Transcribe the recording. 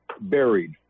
buried